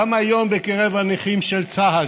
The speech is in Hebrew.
גם היום בקרב הנכים של צה"ל,